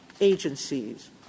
agencies